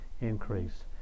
increase